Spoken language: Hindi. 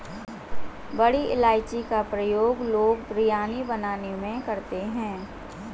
बड़ी इलायची का प्रयोग लोग बिरयानी बनाने में करते हैं